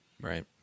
Right